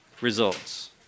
results